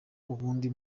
ubundi